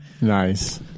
Nice